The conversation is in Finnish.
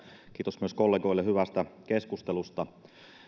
kiitos myös kollegoille hyvästä keskustelusta kun